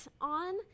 on